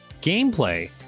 Gameplay